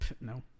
No